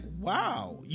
wow